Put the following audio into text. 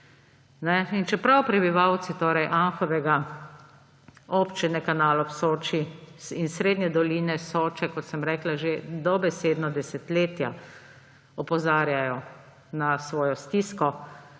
In čeprav prebivalci Anhovega, Občine Kanal ob Soči in srednje doline Soče, kot sem rekla, že dobesedno desetletja opozarjajo na svojo stisko,